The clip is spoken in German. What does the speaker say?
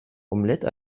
omelette